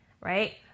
right